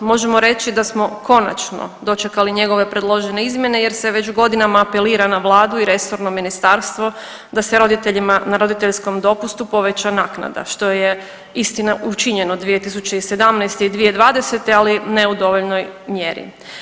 Možemo reći da smo konačno dočekali njegove predložene izmjene jer se već godinama apelira na vladu i resorno ministarstvo da se roditeljima na roditeljskom dopustu poveća naknada što je istina učinjeno 2017. i 2020., ali ne u dovoljnoj mjeri.